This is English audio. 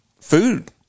food